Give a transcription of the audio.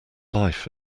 life